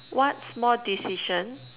what small decision